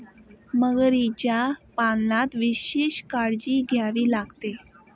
मगरीच्या पालनात विशेष काळजी घ्यावी लागते